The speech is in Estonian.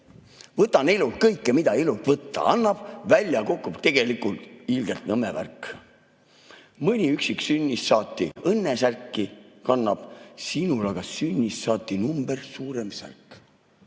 "Võtan elult kõike, mida elult võtta annab, välja kukub tegelikult ilgelt nõme värk. Mõni üksik sünnist saati õnnesärki kannab, sinul aga sünnist saati number suurem särk.